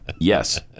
Yes